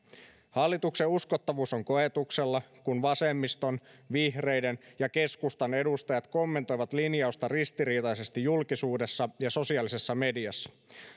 hallituksen uskottavuus on koetuksella kun vasemmiston vihreiden ja keskustan edustajat kommentoivat linjausta ristiriitaisesti julkisuudessa ja sosiaalisessa mediassa